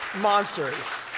monsters